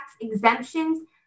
exemptions